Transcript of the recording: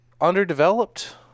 underdeveloped